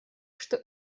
что